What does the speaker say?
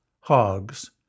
hogs